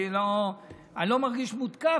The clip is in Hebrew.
אני לא מרגיש מותקף,